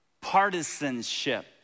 Partisanship